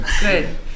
Good